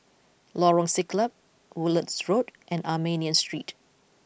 Lorong Siglap Woodlands Road and Armenian Street